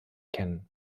kennen